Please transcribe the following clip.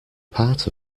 part